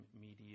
media